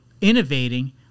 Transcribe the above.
innovating